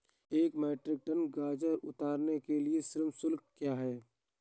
एक metric ton गाजर उतारने के लिए श्रम शुल्क क्या है?